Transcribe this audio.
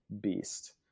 beast